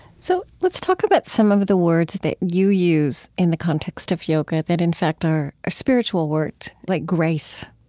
so, let's talk about some of the words that you use in the context of yoga that in fact are are spiritual words, like grace.